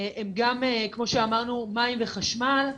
הם גם כמו שאמרנו מים וחשמל,